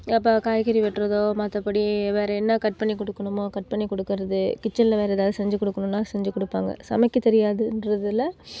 இப்போ காய்கறி வெட்டுறதோ மற்றபடி வேற என்ன கட் பண்ணி கொடுக்கணுமோ கட் பண்ணி கொடுக்கறது கிச்சனில் வேற எதாவது செஞ்சு கொடுக்கணுனா செஞ்சு கொடுப்பாங்க சமைக்க தெரியாதுன்றதில்